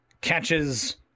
catches